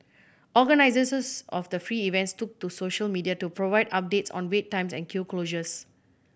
organisers of the free events took to social media to provide updates on wait times and queue closures